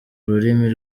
rurimi